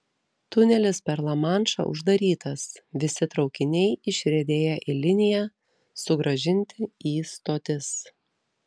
tunelis per lamanšą uždarytas visi traukiniai išriedėję į liniją sugrąžinti į stotis